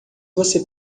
você